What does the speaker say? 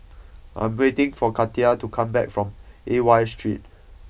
I am waiting for Katia to come back from Aliwal Street